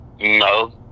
no